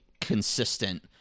consistent